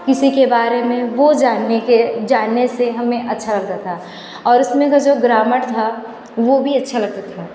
किसी के बारें में वो जाने के जानने से हमें अच्छा लगता था और उसमें वो जो ग्रामर था वो भी अच्छा लगता था